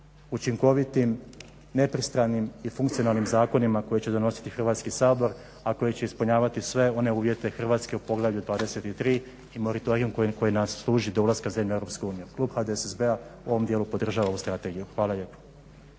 učinkovitim, nepristranim i funkcionalnim zakonima koje će donositi Hrvatski sabor, a koji će ispunjavati sve one uvjete Hrvatske u poglavlju 23. i monitoringom koji nas služi do ulaska zemlje u Europsku uniju. Klub HDSSB-a u ovom dijelu podržava ovu strategiju. Hvala lijepo.